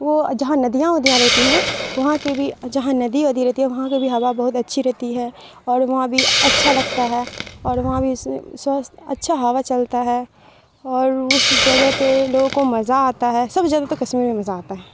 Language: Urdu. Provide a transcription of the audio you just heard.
وہ جہاں ندیاں ودیاں رہتی ہیں وہاں کے بھی جہاں ندی ودی رہتی ہے وہاں کی بھی ہوا بہت اچھی رہتی ہے اور وہاں بھی اچھا لگتا ہے اور وہاں بھی سوستھ اچھا ہوا چلتا ہے اور اس جگہ پہ لوگوں کو مزہ آتا ہے سب سے زیادہ تو کشمیر میں مزہ آتا ہے